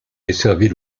desservis